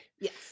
Yes